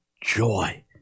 joy